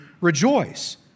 rejoice